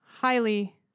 highly